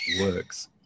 works